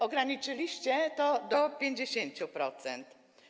Ograniczyliście to do 50%.